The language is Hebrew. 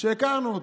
הכרנו אותו.